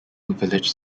village